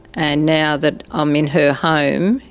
and now that i'm in her home,